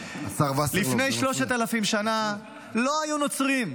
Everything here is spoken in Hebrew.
לא היו נוצרים,